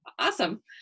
Awesome